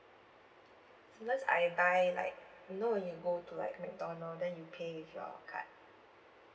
sometimes I buy like you know when you go to like McDonald's then you pay with your card